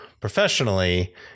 professionally